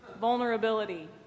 Vulnerability